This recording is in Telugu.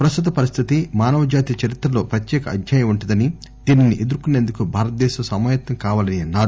ప్రస్తుత పరిస్థితి మానవజాతి చరిత్రలో ప్రత్యేక అధ్యాయం వంటిదని దీనిని ఎదుర్కోసేందుకు భారతదేశం సమాయత్తం కావాలని అన్నారు